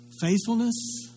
Faithfulness